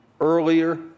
earlier